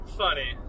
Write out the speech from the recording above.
funny